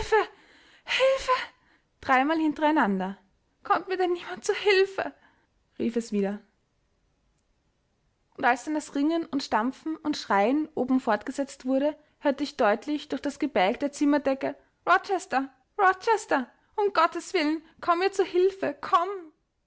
dreimal hinter einander kommt mir denn niemand zu hilfe rief es wieder und als dann das ringen und stampfen und schreien oben fortgesetzt wurde hörte ich deutlich durch das gebälk der zimmerdecke rochester rochester um gottes willen komm mir zu hilfe komm